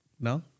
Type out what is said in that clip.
No